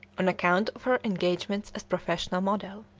on account of her engagements as professional model.